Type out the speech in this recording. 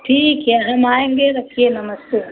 ठीक है हम आएंगे रखिए नमस्ते